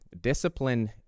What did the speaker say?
Discipline